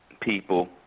people